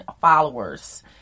followers